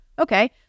Okay